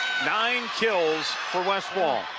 nine kills for westphal.